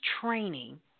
training